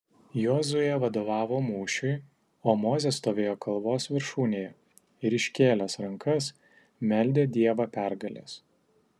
jozuė vadovavo mūšiui o mozė stovėjo kalvos viršūnėje ir iškėlęs rankas meldė dievą pergalės